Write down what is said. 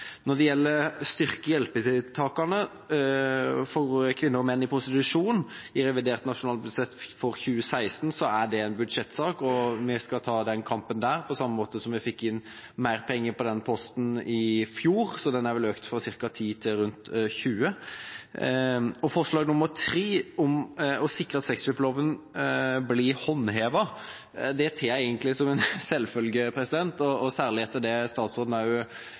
Når det gjelder det å styrke hjelpetiltakene for kvinner og menn i prostitusjon i revidert nasjonalbudsjett for 2016, er det en budsjettsak. Vi skal ta den kampen der, på samme måte som vi gjorde det da vi fikk inn mer penger på den posten i fjor. Den er vel økt fra ca. 10 mill. kr til 20 mill. kr. Forslag nr. 3 handler om å sikre at sexkjøpsloven blir håndhevet. Det tar jeg egentlig som en selvfølge, og særlig etter det statsråden